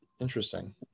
Interesting